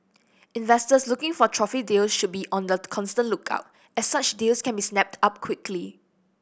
investors looking for trophy deal should be on the constant lookout as such deals can be snapped up quickly